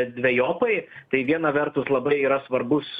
dvejopai tai viena vertus labai yra svarbus